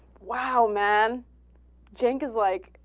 wow man jenkins like